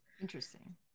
Interesting